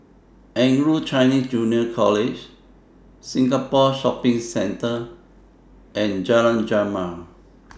Anglo Chinese Junior College Singapore Shopping Centre and Jalan Jamal